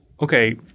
okay